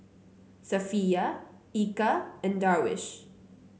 Safiya Eka and Darwish